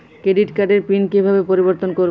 Credit কার্ডের pin কিভাবে পরিবর্তন করবো?